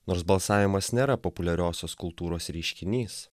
nors balsavimas nėra populiariosios kultūros reiškinys